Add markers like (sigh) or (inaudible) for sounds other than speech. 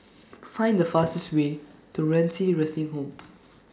(noise) Find The fastest Way to Renci Nursing Home (noise)